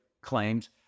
claims